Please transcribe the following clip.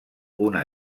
una